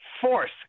force